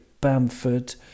Bamford